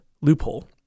loophole